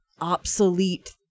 obsolete